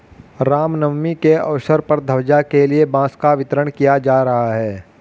राम नवमी के अवसर पर ध्वजा के लिए बांस का वितरण किया जा रहा है